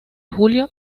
julio